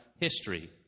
history